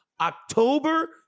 October